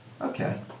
Okay